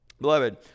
Beloved